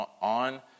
on